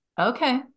Okay